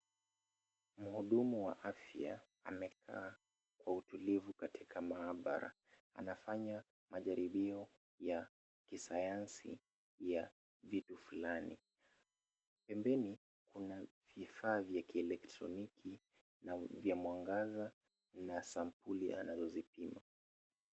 Mhudumu wa afya amekaa kwa utulivu katika maabara, anafanya majaribio ya kisayansi ya vitu fulani. Pembeni, kuna vifaa vya kielektroniki na vya mwangaza na sampuli anazozipima.